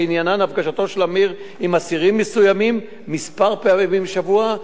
שעניינן הפגשתו של אסיר עם אסירים מסוימים כמה פעמים בשבוע,